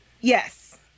Yes